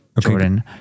Jordan